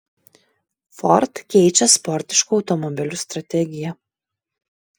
ford keičia sportiškų automobilių strategiją